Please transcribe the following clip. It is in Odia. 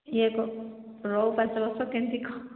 ଇଏ ରହୁ ପାଞ୍ଚ ବର୍ଷ କେମିତି କ'ଣ